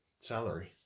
salary